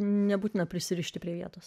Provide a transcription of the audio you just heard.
nebūtina prisirišti prie vietos